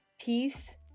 peace